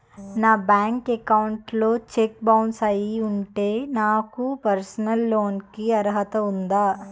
నా bank account లో check bounce అయ్యి ఉంటే నాకు పర్సనల్ లోన్ కీ అర్హత ఉందా?